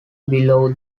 below